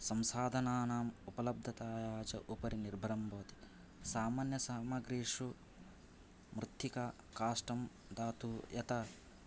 संसाधनानां उपलब्धतायाः उपरि निर्भरं भवति सामान्यसामग्रीषु मृत्तिका काष्टं धातुः यथा